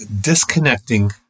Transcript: disconnecting